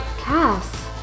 Cass